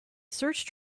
search